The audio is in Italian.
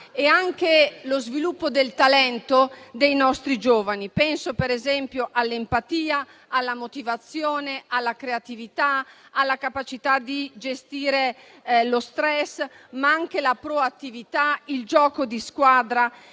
e anche del talento dei nostri giovani. Penso, per esempio, all'empatia, alla motivazione, alla creatività, alla capacità di gestire lo stress, ma anche alla proattività e al gioco di squadra.